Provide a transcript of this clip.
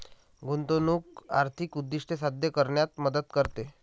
गुंतवणूक आर्थिक उद्दिष्टे साध्य करण्यात मदत करते